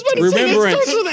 Remembrance